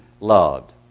loved